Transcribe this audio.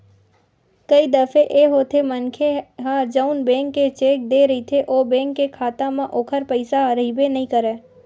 कई दफे ए होथे मनखे ह जउन बेंक के चेक देय रहिथे ओ बेंक के खाता म ओखर पइसा रहिबे नइ करय